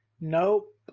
Nope